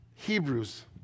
Hebrews